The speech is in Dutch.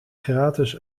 gratis